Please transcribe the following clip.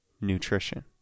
nutrition